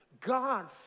God